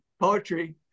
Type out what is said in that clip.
poetry